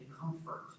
comfort